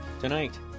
Tonight